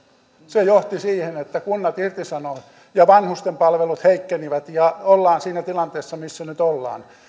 se johti siihen että kunnat irtisanoivat ja vanhusten palvelut heikkenivät ja ollaan siinä tilanteessa missä nyt ollaan